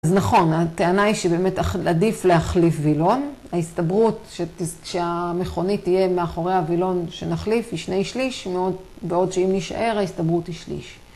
אז נכון, הטענה היא שבאמת עדיף להחליף וילון, ההסתברות כשהמכונית תהיה מאחורי הוילון שנחליף היא שני שליש, בעוד שאם נשאר ההסתברות היא שליש.